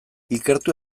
ikertu